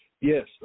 Yes